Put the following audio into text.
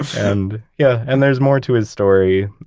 and, yeah. and there's more to his story,